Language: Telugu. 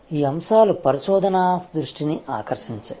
ఈ అంశాలు పరిశోధనా దృష్టిని ఆకర్షించాయి